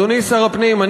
ואדוני שר הפנים,